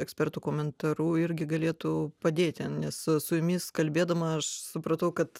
ekspertų komentaru irgi galėtų padėti nes su jumis kalbėdama aš supratau kad